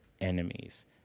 enemies